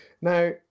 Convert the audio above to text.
now